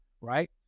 right